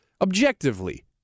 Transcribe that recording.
Objectively